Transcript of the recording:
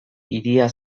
hiria